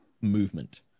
movement